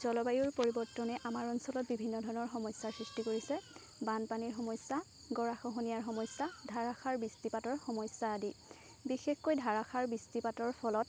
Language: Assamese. জলবায়ুৰ পৰিৱৰ্তনে আমাৰ অঞ্চলত বিভিন্ন ধৰণৰ সমস্যাৰ সৃষ্টি কৰিছে বানপানীৰ সমস্যা গৰাখহনীয়াৰ সমস্যা ধাৰাসাৰ বৃষ্টিপাতৰ সমস্যা আদি বিশেষকৈ ধাৰাসাৰ বৃষ্টিপাতৰ ফলত